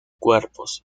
cuerpos